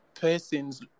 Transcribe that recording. persons